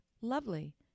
lovely